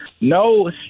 No